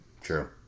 true